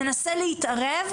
מנסה להתערב,